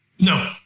no.